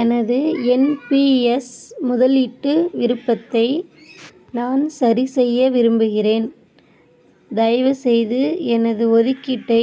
எனது என்பிஎஸ் முதலீட்டு விருப்பத்தை நான் சரிசெய்ய விரும்புகிறேன் தயவுசெய்து எனது ஒதுக்கீட்டை